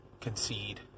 concede